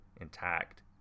intact